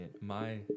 My-